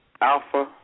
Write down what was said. Alpha